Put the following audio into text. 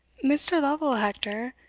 mr. lovel, hector,